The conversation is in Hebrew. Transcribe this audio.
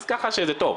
אז ככה שזה טוב,